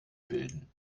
bilden